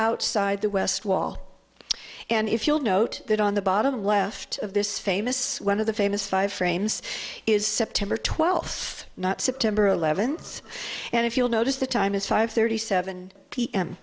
outside the west wall and if you'll note that on the bottom left of this famous one of the famous five frames is september twelfth not september eleventh and if you'll notice the time is five thirty seven p m